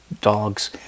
dogs